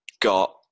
got